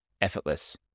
effortless